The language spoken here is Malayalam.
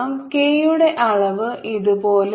K യുടെ അളവ് ഇതുപോലെ